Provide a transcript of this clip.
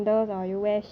麻烦 leh